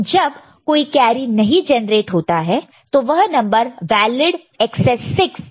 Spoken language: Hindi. जब कोई कैरी नहीं जनरेट होता है तो वह नंबर वेलिड एकसेस 6 नंबर है